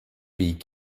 weg